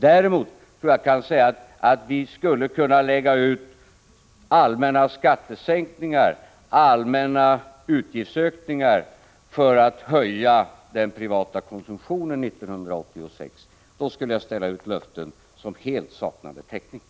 Däremot tror jag att jag skulle ställa ut löften som helt saknade täckning, om jag skulle säga att vi kan genomföra allmänna skattesänkningar och allmänna utgiftshöjningar för att höja den privata konsumtionen 1986.